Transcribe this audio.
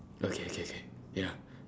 okay okay okay ya